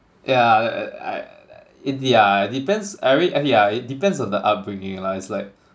yeah I I I it yeah it depends I mean yeah it depends on the upbringing lah it's like